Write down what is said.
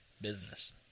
business